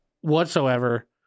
whatsoever